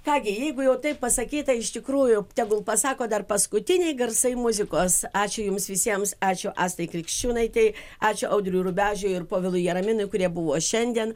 ką gi jeigu jau taip pasakyta iš tikrųjų tegul pasako dar paskutiniai garsai muzikos ačiū jums visiems ačiū astai krikščiūnaitei ačiū audriui rubežiui ir povilui jaraminui kurie buvo šiandien